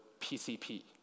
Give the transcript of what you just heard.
PCP